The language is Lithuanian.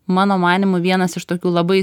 mano manymu vienas iš tokių labai